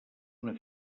una